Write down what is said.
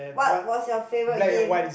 what was your favorite game